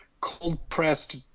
cold-pressed